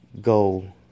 go